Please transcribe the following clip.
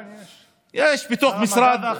כן, יש, המדע והחלל.